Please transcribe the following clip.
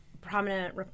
prominent